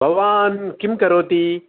भवान् किं करोति